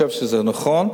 אני חושב שזה בהחלט נכון,